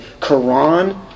Quran